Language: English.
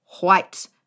white